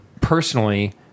personally